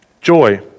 Joy